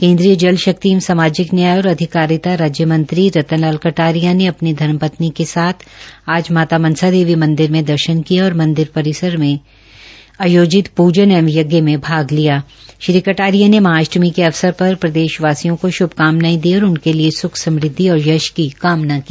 केन्द्रीय जल शक्ति एवं सामाजिक न्याय और अधिकारिता राज्यमंत्री रतन लाल कटारिया ने अपनी धर्मपत्नी के साथ आज माता मनसा देवी देवी मंदिर में दर्शन किये और मंदिर परिसर में दर्शन किये और मंदिर परिसर में आयोजित पूजन एवं यज्ञ में भाग लिया श्री कटारिया ने महाअष्टमी के अवसर पर प्रदेशवासियों को श्भकामनायें दी और उनके लिए सुख समृद्धि और यश की कामना की